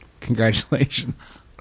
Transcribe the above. Congratulations